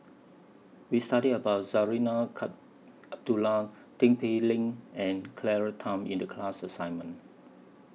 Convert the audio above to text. We studied about Zarinah Tin Pei Ling and Claire Tham in The class assignment